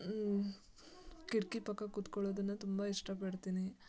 ಕಿಟಕಿ ಪಕ್ಕ ಕೂತ್ಕೊಳ್ಳೋದನ್ನ ತುಂಬ ಇಷ್ಟ ಪಡ್ತೀನಿ